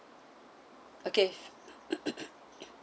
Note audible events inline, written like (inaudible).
okay (noise)